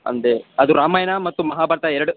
ಅಂದರೆ ಅದು ರಾಮಾಯಣ ಮತ್ತು ಮಹಾಭಾರತ ಎರ್ಡು